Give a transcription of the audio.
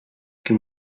can